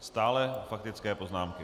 Stále faktické poznámky.